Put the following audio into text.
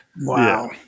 Wow